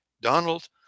Donald